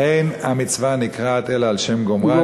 אין המצווה נקראת אלא על שם גומרה.